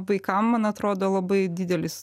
vaikam man atrodo labai didelis